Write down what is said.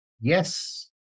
yes